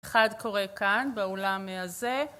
אחד קורה כאן באולם הזה